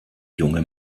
junge